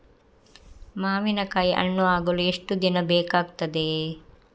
ಮಾವಿನಕಾಯಿ ಹಣ್ಣು ಆಗಲು ಎಷ್ಟು ದಿನ ಬೇಕಗ್ತಾದೆ?